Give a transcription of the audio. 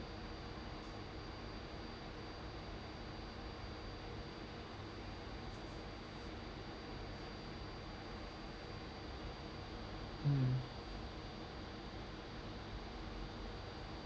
mm